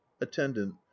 attendant